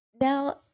Now